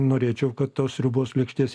norėčiau kad tos sriubos lėkštės